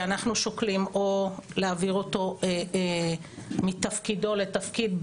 אנחנו שוקלים או להעביר אותו מתפקידו לתפקיד,